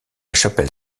chapelle